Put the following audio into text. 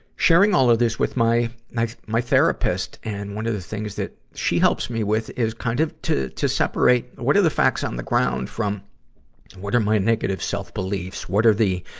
sharing all of this with my, my my therapist. and one of things that she helps me with is kind of to, to separate, what are the facts on the ground from what are my negative self-beliefs. what are the,